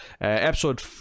episode